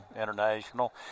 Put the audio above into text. International